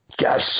yes